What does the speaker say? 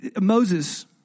Moses